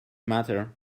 matter